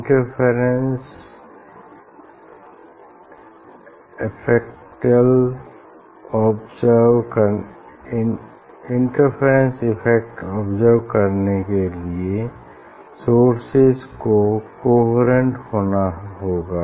interference effect observe करने लिए sources को कोहेरेंट होना होगा